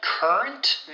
Current